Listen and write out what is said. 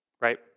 right